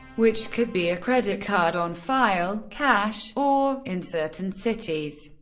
which could be a credit card on file, cash, or, in certain cities,